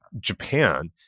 Japan